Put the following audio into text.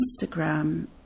Instagram